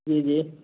جی جی